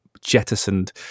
jettisoned